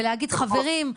ולהגיד חברים,